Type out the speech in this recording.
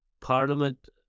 parliament